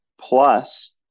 Plus